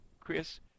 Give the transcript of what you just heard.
Chris